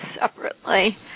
separately